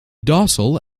docile